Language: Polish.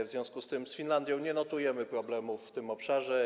W związku z tym w przypadku Finlandii nie notujemy problemów w tym obszarze.